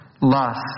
lust